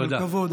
תודה,